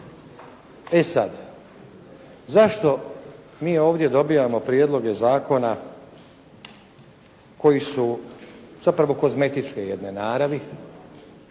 E sada zašto mi ovdje dobijamo prijedloge zakona koji su zapravo kozmetičke jedne naravi,